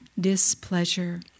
displeasure